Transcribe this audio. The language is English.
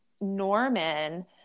Norman